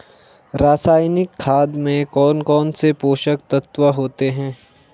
रासायनिक खाद में कौन कौन से पोषक तत्व होते हैं?